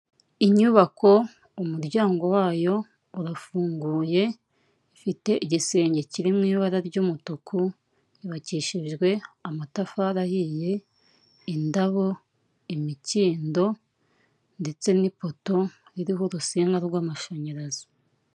Inyubako umuryango wayo urafunguye, ifite igisenge kiri mu ibara ry'umutuku, yubakishijwe amatafari ahiye, indabo, imikindo ndetse n'ipoto iriho urutsinga rw'amashanyarazi.